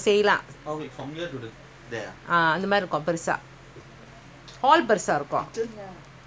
kitchen வந்து:vandhu my kitchen is இந்தமாதிரிகொஞ்சம்:indha mathiri konjam long ah இருக்கும்:irukkum